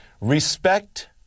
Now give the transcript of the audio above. Respect